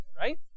right